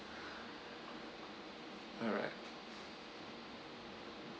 alright